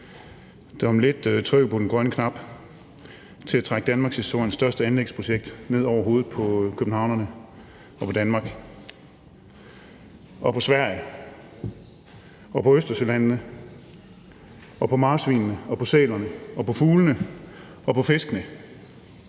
der om lidt trykker på den grønne knap for at trække danmarkshistoriens største anlægsprojekt ned over hovedet på københavnerne og på Danmark og på Sverige og på Østersølandene og på marsvinene og på sælerne og på fuglene og på fiskene.